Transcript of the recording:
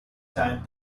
time